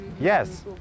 Yes